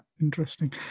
Interesting